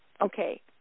Okay